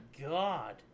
God